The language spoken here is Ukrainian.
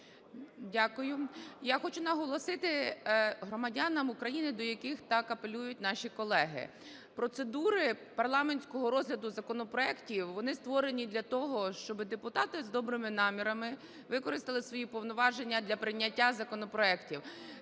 Я хочу наголосити громадянам України, до яких так апелюють наші колеги. Процедури парламентського розгляду законопроектів, вони створені для того, щоб депутати з добрими намірами використали свої повноваження для прийняття законопроектів.